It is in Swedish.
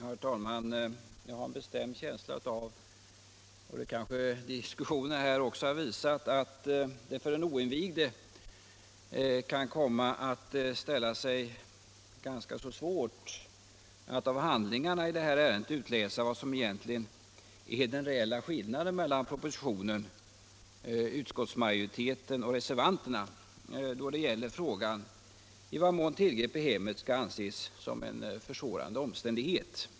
Herr talman! Jag har en bestämd känsla av — diskussionen här har kanske visat detsamma — att det för den oinvigde kan komma att ställa sig ganska svårt att av handlingarna i ärendet utläsa vad som egentligen är den reella skillnaden mellan propositionen, utskottsmajoriteten och reservanterna då det gäller frågan i vad mån tillgrepp i hemmen skall anses som en försvårande omständighet.